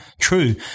true